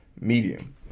medium